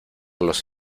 los